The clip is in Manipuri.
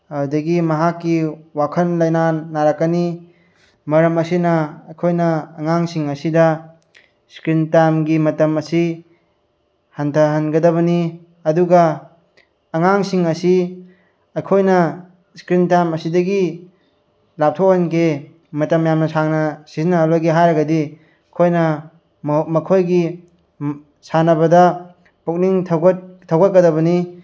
ꯑꯗꯨꯗꯒꯤ ꯃꯍꯥꯛꯀꯤ ꯋꯥꯈꯜ ꯂꯩꯅꯥ ꯅꯥꯔꯛꯀꯅꯤ ꯃꯔꯝ ꯑꯁꯤꯅ ꯑꯩꯈꯣꯏꯅ ꯑꯉꯥꯡꯁꯤꯡ ꯑꯁꯤꯗ ꯏꯁꯀ꯭ꯔꯤꯟ ꯇꯥꯏꯝꯒꯤ ꯃꯇꯝ ꯑꯁꯤ ꯍꯟꯊꯍꯟꯒꯗꯕꯅꯤ ꯑꯗꯨꯒ ꯑꯉꯥꯡꯁꯤꯡ ꯑꯁꯤ ꯑꯩꯈꯣꯏꯅ ꯏꯁꯀ꯭ꯔꯤꯟ ꯇꯥꯏꯝ ꯑꯁꯤꯗꯒꯤ ꯂꯥꯞꯊꯣꯛꯍꯟꯒꯦ ꯃꯇꯝ ꯌꯥꯝꯅ ꯁꯥꯡꯅ ꯁꯤꯖꯤꯟꯅꯍꯜꯂꯣꯏꯒꯦ ꯍꯥꯏꯔꯒꯗꯤ ꯑꯩꯈꯣꯏꯅ ꯃꯈꯣꯏꯒꯤ ꯁꯥꯟꯅꯕꯗ ꯄꯨꯛꯅꯤꯡ ꯊꯧꯒꯠꯀꯗꯕꯅꯤ